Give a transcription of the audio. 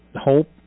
hope